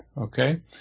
okay